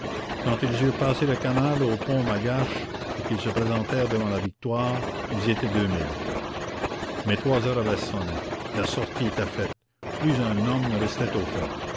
quand ils eurent passé le canal au pont magache et qu'ils se présentèrent devant la victoire ils étaient deux mille mais trois heures avaient sonné la sortie était faite plus un homme ne restait au fond